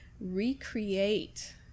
recreate